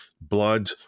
Blood